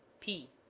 p.